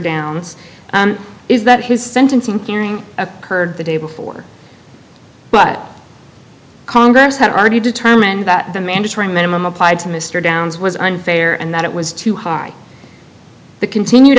downs is that his sentencing hearing occurred the day before but congress had already determined that the mandatory minimum applied to mr downs was unfair and that it was too hard the continued